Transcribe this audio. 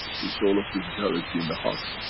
the soul of physicality in the heart.